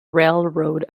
railroad